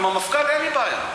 עם המפכ"ל אין לי בעיה,